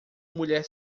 mulher